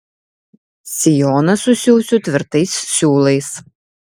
sijoną susiųsiu tvirtais siūlais